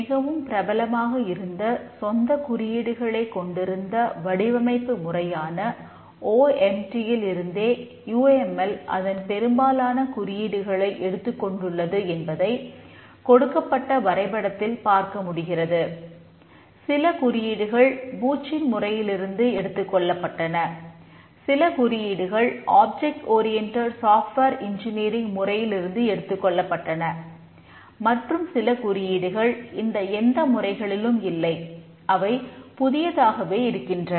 மிகவும் பிரபலமாக இருந்த சொந்த குறியீடுகளைக் கொண்டிருந்த வடிவமைப்பு முறையான ஓ எம் டி முறையில் இருந்து எடுத்துக்கொள்ளப்பட்டன மற்றும் சில குறியீடுகள் இந்த எந்த முறைகளிலும் இல்லை அவை புதியதாகவே இருக்கின்றன